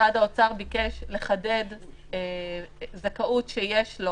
משרד האוצר ביקש לחדד זכאות שיש לו